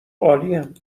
عالیم